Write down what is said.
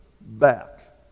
back